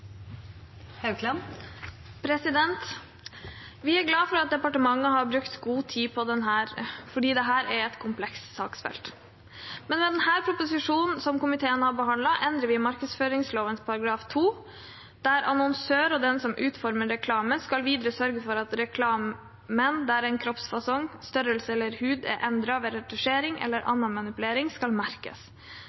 glad for at departementet har brukt god tid, for dette er et komplekst saksfelt. Med denne proposisjonen som komiteen har behandlet, endrer vi markedsføringsloven § 2, der annonsør og den som utformer reklame, skal sørge for at reklame der en kropps fasong, størrelse eller hud er endret ved retusjering eller annen manipulering, skal merkes.